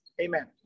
Amen